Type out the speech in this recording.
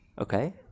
Okay